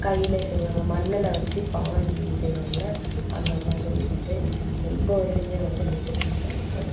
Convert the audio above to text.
கையில் செய்வாங்க மண்ணில் வச்சு பானைலாம் செய்வாங்கள்ல அந்தமாதிரி வந்து இப்போது வரையுமே வந்து விற்றுட்ருக்குறாங்க